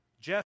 Jeff